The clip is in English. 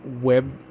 web